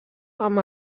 amb